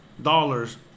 dollars